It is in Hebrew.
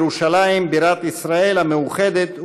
לירושלים בירת ישראל המאוחדת,